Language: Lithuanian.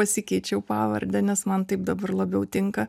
pasikeičiau pavardę nes man taip dabar labiau tinka